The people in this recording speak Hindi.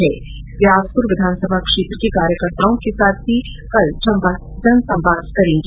वे आसपुर विधानसभा क्षेत्र के कार्यकर्ताओं के साथ जनसंवाद भी करेंगी